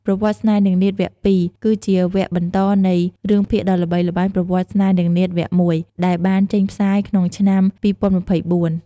ប្រវត្តិស្នេហ៍នាងនាថវគ្គ ២ គឺជាវគ្គបន្តនៃរឿងភាគដ៏ល្បីល្បាញ "ប្រវត្តិស្នេហ៍នាងនាថ វគ្គ ១" ដែលបានចេញផ្សាយក្នុងឆ្នាំ ២០២៤។